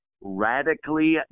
radically